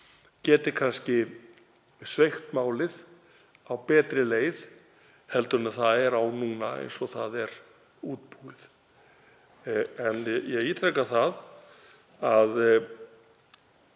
geti kannski sveigt málið á betri leið en það er á núna eins og það er útbúið. Ég ítreka að við